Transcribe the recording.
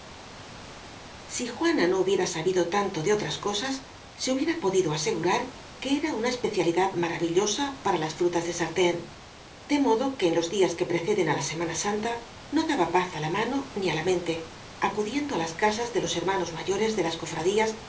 si juana no hubiera sabido tanto de otras cosas se hubiera podido asegurar que era una especiali dad maravillosa para las frutas de sartén de modo que en los días que preceden á la semana santa no daba paz á la mano ni á la mente acudiendo á las casas de los hermanos mayores de las cofradías